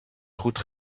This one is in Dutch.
goed